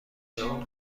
اون